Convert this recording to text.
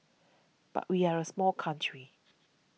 but we are a small country